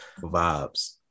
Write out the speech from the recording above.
Vibes